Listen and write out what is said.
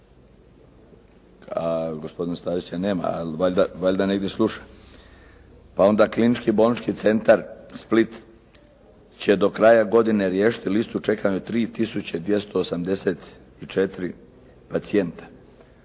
Gospodina Stazića nema ali valjda negdje sluša. Pa onda Klinički bolnički Split će do kraja godine riješiti listu čekanja od 3 tisuće 284 pacijenta.